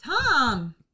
Tom